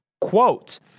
quote